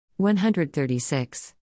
136